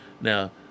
Now